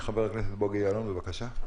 חבר הכנסת בוגי יעלון, בבקשה.